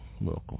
Welcome